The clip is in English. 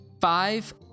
Five